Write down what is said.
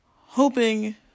hoping